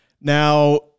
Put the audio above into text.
Now